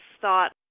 thought